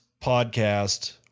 podcast